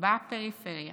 בפריפריה